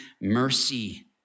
mercy